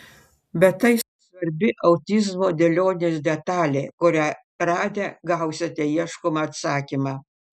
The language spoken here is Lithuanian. bet tai svarbi autizmo dėlionės detalė kurią radę gausite ieškomą atsakymą